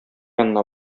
янына